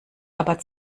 aber